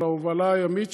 על ההובלה הימית,